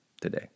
today